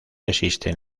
existen